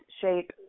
shape